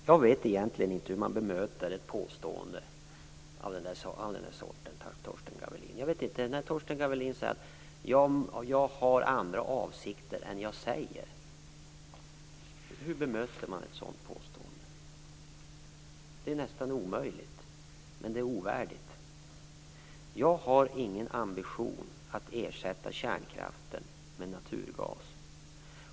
Herr talman! Jag vet egentligen inte hur man bemöter ett påstående av den sorten. Torsten Gavelin säger att jag har andra avsikter än vad jag uppger. Hur bemöter man ett sådant påstående? Det är nästan omöjligt. Det är ovärdigt. Jag har ingen ambition att ersätta kärnkraften med naturgas.